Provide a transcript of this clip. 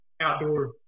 outdoor